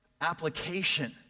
Application